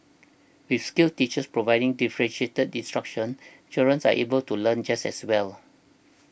with skilled teachers providing differentiated instruction children are able to learn just as well